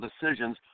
decisions